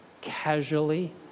casually